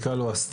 נקרא לו הסתיו,